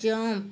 jump